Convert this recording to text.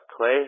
clay